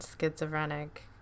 schizophrenic